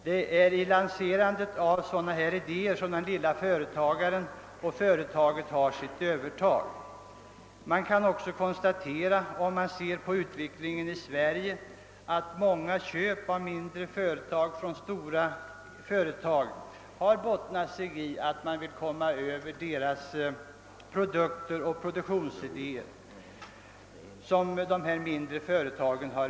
Det är vid lanserandet av nyskapande idéer som det lilla företaget har ett övertag. Ser man på utvecklingen i Sverige kan man också konstatera, att många storföretags köp av mindre företag har berott på att de velat komma över de mindre företagens produkter och produktionsidéer.